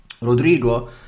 Rodrigo